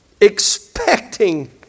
expecting